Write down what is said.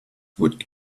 would